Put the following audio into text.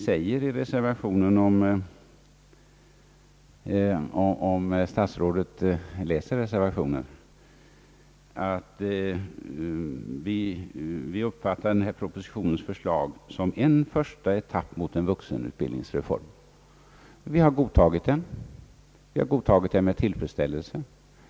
Om herr statsrådet läser reservyationen, kan han finna att vi uppfattar denna proposition som en första etapp mot en vuxenutbildningsreform. Vi har godtagit den med tillfredsställelse.